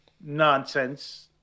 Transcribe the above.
nonsense